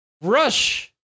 Rush